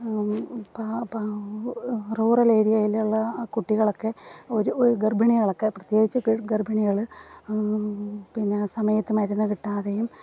പാ പാ റൂറൽ ഏരിയായിലുള്ള കുട്ടികളൊക്കെ ഒരു ഗർഭിണികളൊക്കെ പ്രത്യേകിച്ച് ഗർഭിണികള് പിന്നെ സമയത്ത് മരുന്ന് കിട്ടാതെയും